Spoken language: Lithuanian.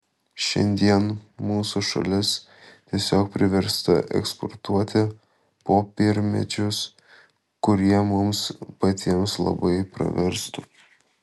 šiandien mūsų šalis tiesiog priversta eksportuoti popiermedžius kurie mums patiems labai praverstų